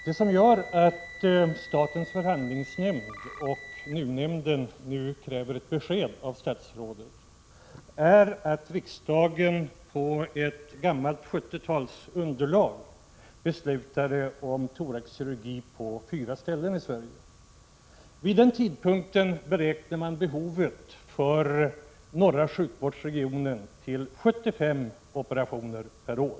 Fru talman! Anledningen till att statens förhandlingsnämnd och NUU nämnden nu kräver ett besked av statsrådet är att riksdagen utifrån ett gammalt underlag — från 1970-talet — beslutade om thoraxkirurgi på fyra ställen i landet. Vid den tidpunkten beräknades behovet för norra sjukvårdsregionen till 75 operationer per år.